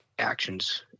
Actions